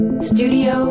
Studio